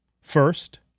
First